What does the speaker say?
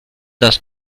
das